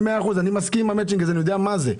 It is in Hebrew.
אני מסכים עם המצ'ינג הזה ואני יודע מה זה.